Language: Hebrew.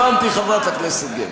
הבנתי, חברת הכנסת גרמן.